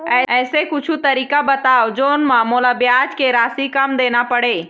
ऐसे कुछू तरीका बताव जोन म मोला ब्याज के राशि कम देना पड़े?